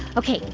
ok.